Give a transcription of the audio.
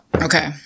Okay